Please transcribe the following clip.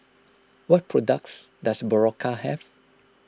what products does Berocca have